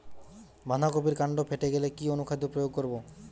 বাঁধা কপির কান্ড ফেঁপে গেলে কি অনুখাদ্য প্রয়োগ করব?